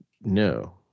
No